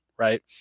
Right